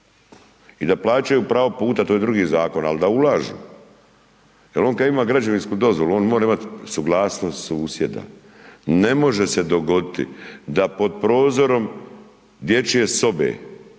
i da plaćaju pravo puta to je drugi zakon, al da ulažu. Jel on kad ima građevinsku dozvolu on mora imati suglasnost susjeda. Ne može se dogoditi da po prozorom dječje sobe